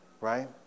right